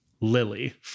Lily